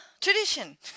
Tradition